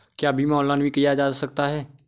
क्या बीमा ऑनलाइन भी किया जा सकता है?